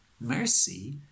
Mercy